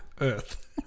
Earth